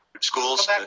schools